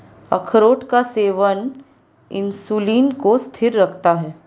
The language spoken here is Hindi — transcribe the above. अखरोट का सेवन इंसुलिन को स्थिर रखता है